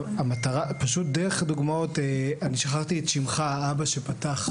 פשוט דרך דוגמאות, אני שכחתי את שמך, האבא שפתח.